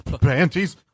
panties